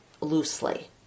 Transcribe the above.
loosely